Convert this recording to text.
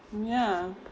ya